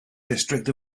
district